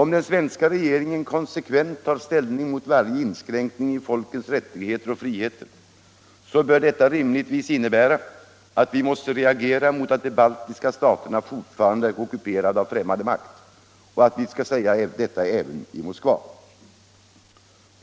Om den svenska regeringen konsekvent tar ställning mot varje inskränkning i folkens friheter och rättigheter, så bör detta rimligtvis innebära att vi måste reagera mot att de baltiska staterna fortfarande är ockuperade av främmande makt och att vi säger det även i Moskva.